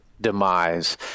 demise